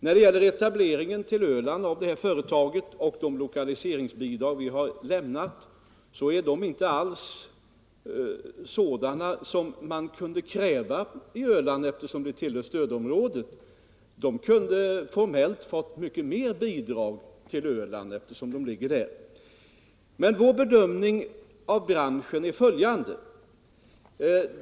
När det vidare gäller de lokaliseringsbidrag vi lämnat i samband med etableringen på Öland vill jag framhålla, att man formellt kunde ha krävt mycket mera, eftersom Öland ju tillhör stödområdet. Men vår bedömning av branschen är följande.